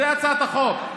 זו הצעת החוק.